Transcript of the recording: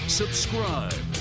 subscribe